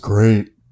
Great